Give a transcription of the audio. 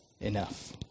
enough